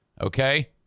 Okay